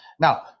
now